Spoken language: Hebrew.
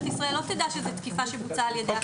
ישראל לא תדע שזאת תקיפה שבוצעה על ידיו.